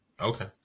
Okay